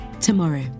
tomorrow